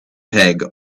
peg